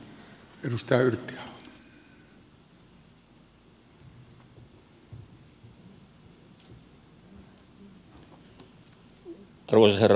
arvoisa herra puhemies